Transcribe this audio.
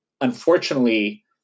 unfortunately